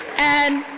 and